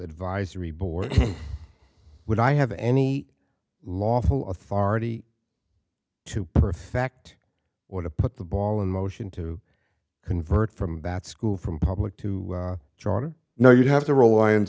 advisory board would i have any lawful authority to perfect or to put the ball in motion to convert from bad school from public to charter no you have to rely on